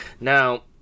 now